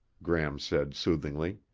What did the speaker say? gram said soothingly.